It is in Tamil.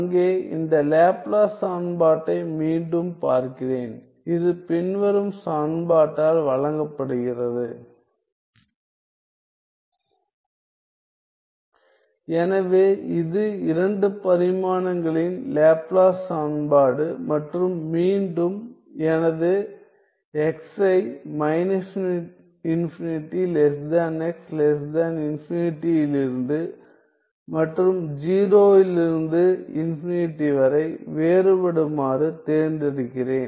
அங்கே இந்த லேப்லாஸ் சமன்பாட்டை மீண்டும் பார்க்கிறேன் இது பின்வரும் சமன்பாட்டால் வழங்கப்படுகிறது எனவே இது இரண்டு பரிமாணங்களின் லேப்லாஸ் சமன்பாடு மற்றும் மீண்டும் எனது x ஐ −∞ x ∞ இலிருந்து மற்றும் 0 இலிருந்து ∞ வரை வேறுபடுமாறு தேர்ந்தெடுக்கிறேன்